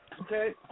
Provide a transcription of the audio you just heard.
Okay